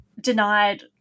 denied